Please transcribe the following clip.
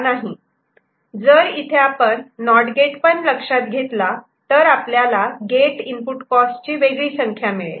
जर इथे आपण नॉट गेट पण लक्षात घेतला तर आपल्याला गेट इनपुट कॉस्ट ची वेगळी संख्या मिळेल